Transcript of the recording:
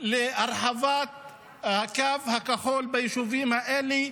להרחבת הקו הכחול ביישובים האלה,